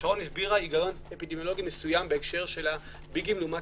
שרון הסבירה היגיון אפידמיולוגי מסוים בהקשר של הביגים לעומת